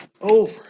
over